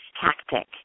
tactic